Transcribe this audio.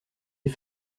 est